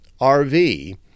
RV